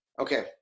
Okay